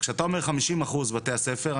כשאתה אומר חמישים אחוז מבתי הספר,